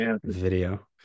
video